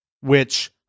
which-